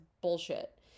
bullshit